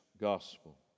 Gospel